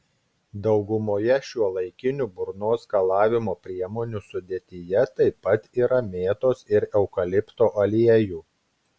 daugumoje šiuolaikinių burnos skalavimo priemonių sudėtyje taip pat yra mėtos ir eukalipto aliejų